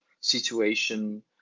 situation